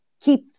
keep